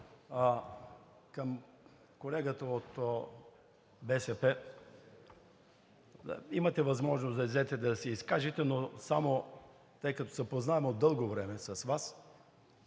Към колегата от БСП. Имахте възможност да излезете да се изкажете, но тъй като се познаваме от дълго време с Вас,